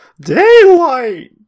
Daylight